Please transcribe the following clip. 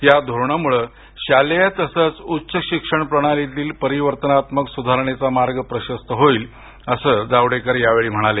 या धोरणामुळे शालेय तसंच उच्च शिक्षण प्रणालीत परिवर्तानात्मक सुधारणेचा मार्ग प्रशस्त होईल असं जावडेकर यावेळी म्हणाले